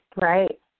Right